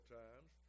times